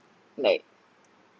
like